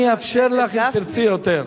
אני אאפשר לך, אם תרצי, יותר.